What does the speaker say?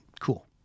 Cool